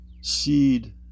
seed